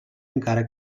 encara